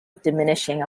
diminishing